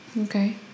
Okay